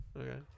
Okay